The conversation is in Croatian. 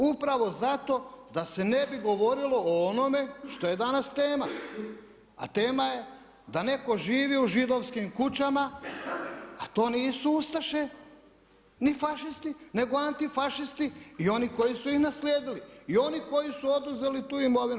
Upravo zato da se ne bi govorilo o onome što je danas tema, a tema je da neko živi u židovskim kućama, a to nisu ustaše ni fašisti nego antifašisti i oni koji su ih naslijedili i oni koji su oduzeli tu imovinu.